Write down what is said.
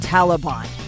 Taliban